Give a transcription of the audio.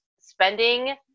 spending